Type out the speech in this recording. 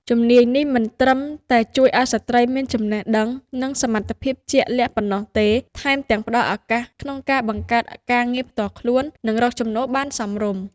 ជំនាញនេះមិនត្រឹមតែជួយឱ្យស្ត្រីមានចំណេះដឹង និងសមត្ថភាពជាក់លាក់ប៉ុណ្ណោះទេ ថែមទាំងផ្តល់ឱកាសក្នុងការបង្កើតការងារផ្ទាល់ខ្លួន និងរកចំណូលបានសមរម្យ។